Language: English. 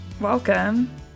Welcome